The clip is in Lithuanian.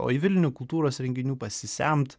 o į vilnių kultūros renginių pasisemt